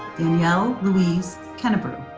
danielle louise kennebrew,